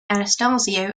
anastasio